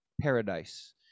paradise